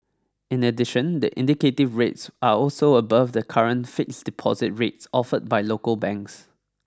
in addition the indicative rates are also above the current fixed deposit rates offered by local banks